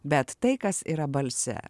bet tai kas yra balse